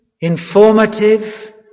informative